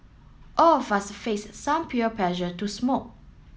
all of us faced some peer pressure to smoke